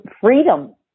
freedom